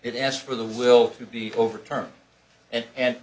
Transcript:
it ask for the will to be overturned and and